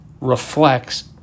reflects